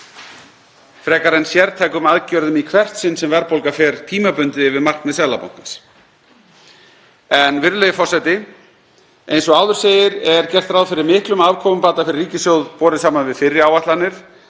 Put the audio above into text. frekar en sértækum aðgerðum í hvert sinn sem verðbólga fer tímabundið yfir markmið Seðlabankans. Virðulegi forseti. Eins og áður segir er gert ráð fyrir miklum afkomubata fyrir ríkissjóð samanborið við fyrri áætlanir.